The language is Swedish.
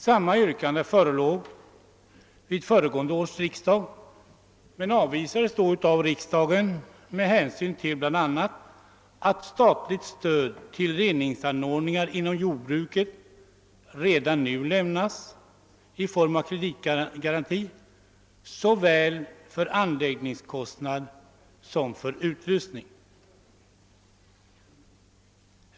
Samma yrkande förelåg vid förra årets riksdag men avvisades då av riksdagen bl.a. med hänsyn till att statligt stöd till reningsanordningar inom jordbruket redan nu lämnas i form av kreditgarantier för såväl kostnader för anläggning som utrustning.